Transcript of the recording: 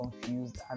confused